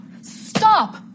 Stop